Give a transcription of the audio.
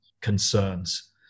concerns